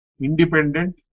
independent